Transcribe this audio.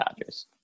Dodgers